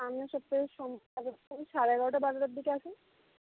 সামনের সপ্তাহে সোমবারে সাড়ে এগারোটা বারোটার দিকে আসুন